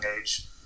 age